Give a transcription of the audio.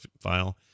file